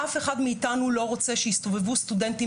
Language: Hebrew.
אף אחד מאתנו לא רוצה שיסתובבו סטודנטים